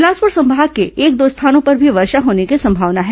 बिलासपुर संभाग के एक दो स्थानों पर भी वर्षा होने की संभावना है